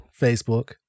Facebook